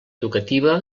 educativa